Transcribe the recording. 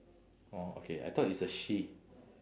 orh okay I thought it's a she